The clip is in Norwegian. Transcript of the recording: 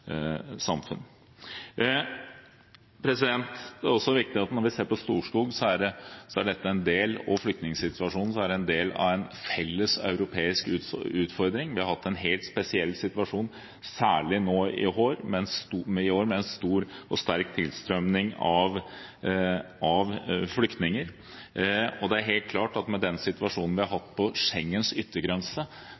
samfunn. Når vi ser på Storskog og flyktningsituasjonen, er dette en del av en felles europeisk utfordring. Vi har hatt en helt spesiell situasjon nå i år med en stor og sterk tilstrømning av flyktninger. Med den situasjonen vi har hatt på Schengens yttergrense